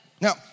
Now